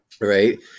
Right